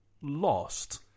lost